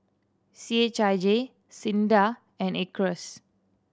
C H I J SINDA and Acres